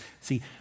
See